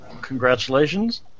Congratulations